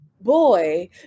boy